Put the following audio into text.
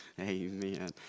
Amen